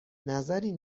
نظری